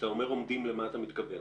כשאתה אומר עומדים, למה אתה מתכוון?